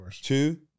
two